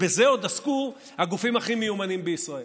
ובזה עוד עסקו הגופים הכי מיומנים בישראל.